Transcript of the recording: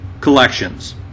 collections